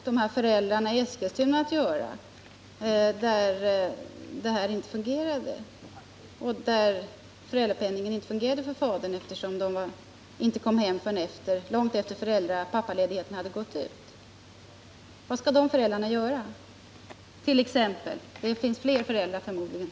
Herr talman! Vad råder då Gabriel Romanus de här föräldrarna i Eskilstuna att göra, när detta med föräldrapenningen inte fungerade för fadern eftersom barnet inte kom hem förrän långt efter det att pappaledigheten hade gått ut? Vad skall alltså de föräldrarna göra? Det finns förmodligen fler föräldrar i samma situation.